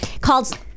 Called